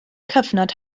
cyfnod